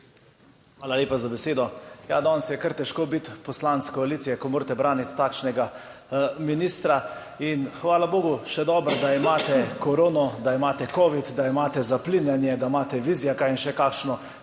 Hvala lepa za besedo. Ja, danes je kar težko biti poslanec koalicije, ko morate braniti takšnega ministra. In hvala bogu, še dobro, da imate korono, da imate covid, da imate zaplinjanje, da imate Vizjaka in še kakšno